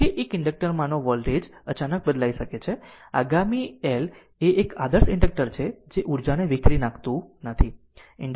જો કે એક ઇન્ડક્ટર માંનો વોલ્ટેજ અચાનક બદલાઈ શકે છે આગામી 1 એ એક આદર્શ ઇન્ડક્ટર છે જે ઉર્જાને વિખેરી નાખતું નથી